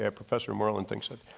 ah professor merlin thing said